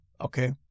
Okay